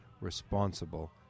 responsible